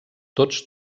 tots